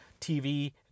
tv